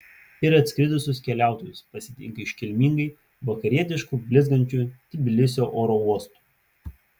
ir atskridusius keliautojus pasitinka iškilmingai vakarietišku blizgančiu tbilisio oro uostu